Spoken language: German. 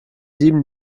dieben